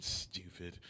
stupid